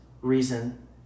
reason